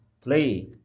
play